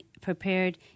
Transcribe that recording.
prepared